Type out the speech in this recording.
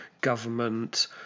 government